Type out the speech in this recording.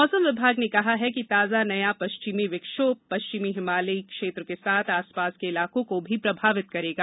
मौसम विभाग ने कहा है कि ताजा नया पश्चिमी विक्षोम पश्चिमी हिमालयी क्षेत्र के साथ आसपास के इलाकों को भी प्रभावित करेगा